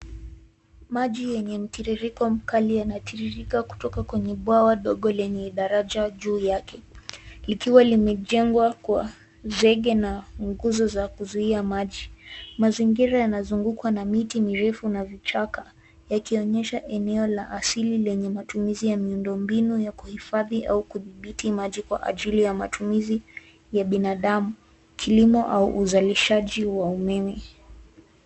Maji yenye mtiririko mkali yanatiririka kutoka kwenye bwawa ndogo lenye daraja juu yake. Likiwa limejengwa kwa zege na nguzo za kuzuia maji. Mazingira yanazungukwa na miti mirefu na vichaka yakionyesha eneo la asili lenye matumizi ya miundombinu ya kuhifadhi au kudhibiti maji kwa ajili ya matumizi ya binadamu, kilimo au uzalishaji wa umeme.